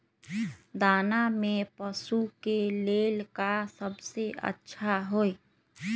दाना में पशु के ले का सबसे अच्छा होई?